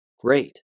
great